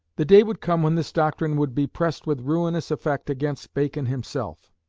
the day would come when this doctrine would be pressed with ruinous effect against bacon himself.